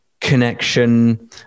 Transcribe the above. connection